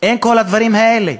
אין כל הדברים האלה.